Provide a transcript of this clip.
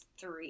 three